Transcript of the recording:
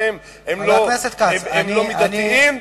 הם לא מידתיים,